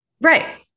right